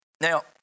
Now